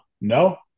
No